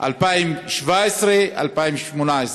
2017 2018,